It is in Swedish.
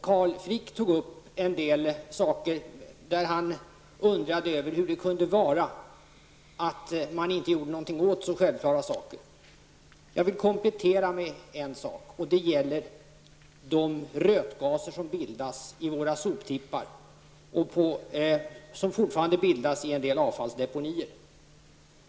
Carl Frick tog upp en del frågor och undrade över hur det kunde komma sig att man inte gjorde något åt så självklara saker. Jag vill komplettera med en sak. Det gäller de rötgaser som bildas på våra soptippar och som fortfarande bildas i en del avfallsdepåer.